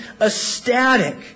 ecstatic